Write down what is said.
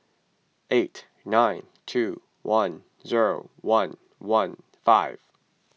eight nine two one zero one one five